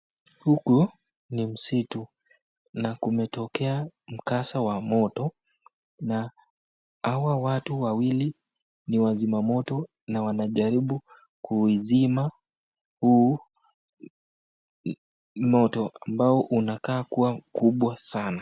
Huku ni msitu na kumetokea mkasa wa mato na hawa watu wawili ni wazima moto na wanajaribu kuuzima huu moto ambao unakaa kuwa mkubwa sana.